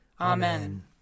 Amen